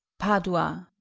padua.